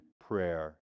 prayer